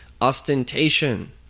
Ostentation